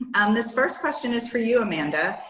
um this first question is for you amanda.